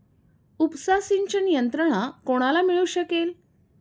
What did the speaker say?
उपसा सिंचन यंत्रणा कोणाला मिळू शकेल?